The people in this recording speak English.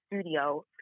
studio